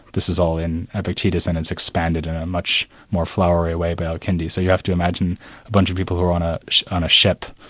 this is all in epictetus and it's expanded in a much more flowery way via kindi. so you have to imagine a bunch of people who are on ah on a ship,